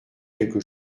quelque